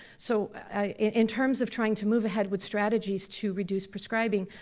so in terms of trying to move ahead with strategies to reduce prescribing,